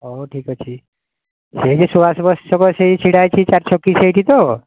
ହେଉ ଠିକ୍ ଅଛି ସେଇଟି ସୁବାଷ ବୋଷ ଛକ ସେଇଠି ଛିଡ଼ା ହୋଇଛି ସେଇ ଚାରି ଛକି ସେଇଟି ତ